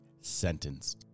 Sentence